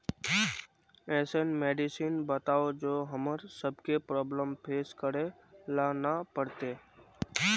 ऐसन मेडिसिन बताओ जो हम्मर सबके प्रॉब्लम फेस करे ला ना पड़ते?